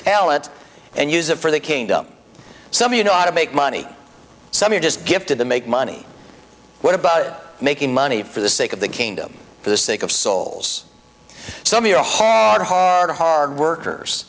talents and use it for the kingdom some of you know how to make money some are just gifted to make money what about making money for the sake of the kingdom for the sake of souls some of your hard hard hard workers